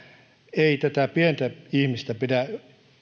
ei pientä ihmistä pidä